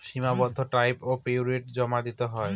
সীমাবদ্ধ টাইম পিরিয়ডে জমা দিতে হয়